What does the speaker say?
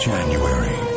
January